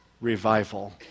revival